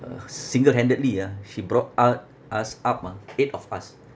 uh s~ single handedly ah she brought u~ us up ah eight of us